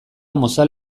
mozal